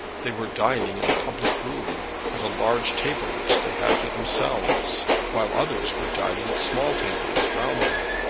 they were dining in a public room, at a large table which they had to themselves, while others were dining at small tables round them.